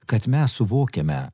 kad mes suvokiame